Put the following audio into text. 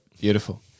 beautiful